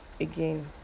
again